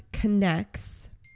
connects